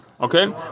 Okay